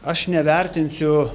aš nevertinsiu